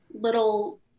little